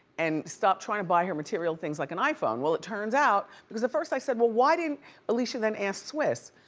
and stop trying to buy her material things, like an iphone. well it turns out, because at first i said, well why didn't alicia then ask swizz?